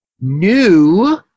new